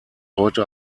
heute